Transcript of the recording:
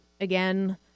Again